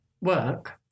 work